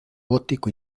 gótico